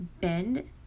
bend